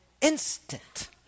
instant